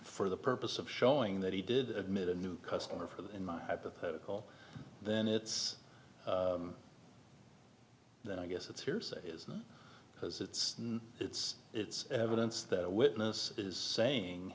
for the purpose of showing that he did admit a new customer for the in my hypothetical then it's then i guess it's hearsay is not because it's it's it's evidence that a witness is saying